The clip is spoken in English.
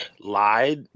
lied